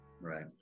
Right